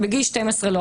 ובגיל 12 לא.